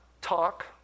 talk